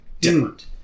different